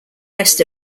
rest